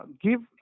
give